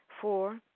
Four